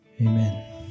Amen